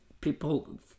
people